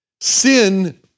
Sin